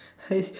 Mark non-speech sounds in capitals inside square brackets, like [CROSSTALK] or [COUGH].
I [BREATH]